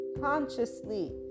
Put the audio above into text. consciously